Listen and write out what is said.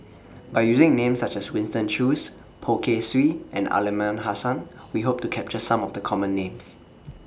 By using Names such as Winston Choos Poh Kay Swee and Aliman Hassan We Hope to capture Some of The Common Names